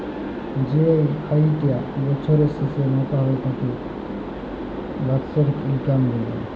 যেই আয়িটা বছরের শেসে মাপা হ্যয় তাকে বাৎসরিক ইলকাম ব্যলে